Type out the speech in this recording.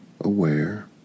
aware